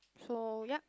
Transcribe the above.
so ya